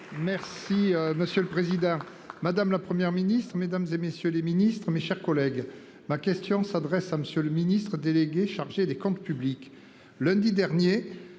Merci. Si monsieur le président, madame, la Première ministre, mesdames et messieurs les ministres, mes chers collègues, ma question s'adresse à Monsieur le Ministre délégué chargé des Comptes publics.